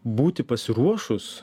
būti pasiruošus